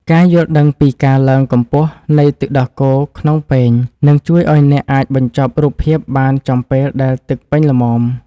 ការយល់ដឹងពីការឡើងកម្ពស់នៃទឹកដោះគោក្នុងពែង នឹងជួយឱ្យអ្នកអាចបញ្ចប់រូបភាពបានចំពេលដែលទឹកពេញល្មម។